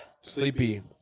Sleepy